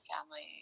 family